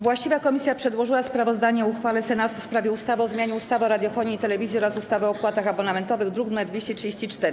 Właściwa komisja przedłożyła sprawozdanie o uchwale Senatu w sprawie ustawy o zmianie ustawy o radiofonii i telewizji oraz ustawy o opłatach abonamentowych, druk nr 234.